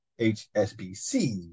HSBC